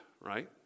right